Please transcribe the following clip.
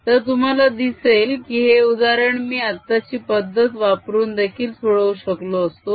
तर तुम्हाला दिसेल की हे उदाहरण मी आताची पद्धत वापरून देखील सोडवू शकलो असतो